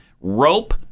Rope